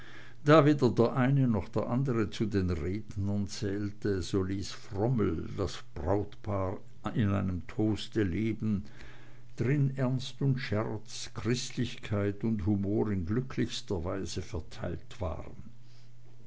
da weder der eine noch der andre zu den rednern zählte so ließ frommel das brautpaar in einem toaste leben drin ernst und scherz christlichkeit und humor in glücklichster weise verteilt waren